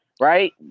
right